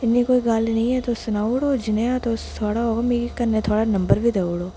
इन्नी कोई गल्ल नी ऐ तुस सनाउड़ो जनेहा तुस साढ़ा होग मिगी कन्नै थुआढ़ा नंबर बी देउड़ो